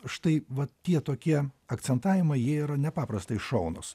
štai va tie tokie akcentavimai jie yra nepaprastai šaunūs